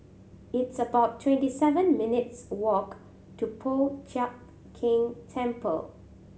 it's about twenty seven minutes' walk to Po Chiak Keng Temple